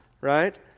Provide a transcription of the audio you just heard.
right